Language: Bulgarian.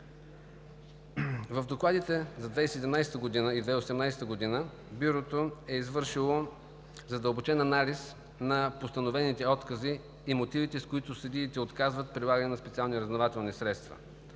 В докладите за 2017 и 2018 г. Бюрото е извършило задълбочен анализ на постановените откази и мотивите, с които съдиите отказват прилагане на специални разузнавателни средства,